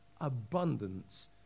abundance